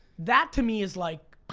that to me is like.